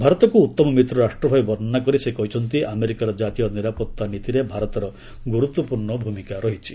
ଭାରତକୁ ଉତ୍ତମ ମିତ୍ର ରାଷ୍ଟ୍ରଭାବେ ବର୍ଷ୍ଣନା କରି ସେ କହିଛନ୍ତି ଆମେରିକାର ଜାତୀୟ ନିରାପତ୍ତା ନୀତିରେ ଭାରତର ଗୁରୁତ୍ୱପୂର୍ଣ୍ଣ ଭୂମିକା ରହିଛି